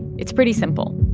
it's pretty simple.